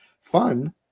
fun